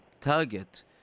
target